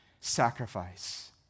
sacrifice